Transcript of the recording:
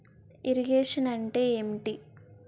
Irrigation అంటే ఏంటీ?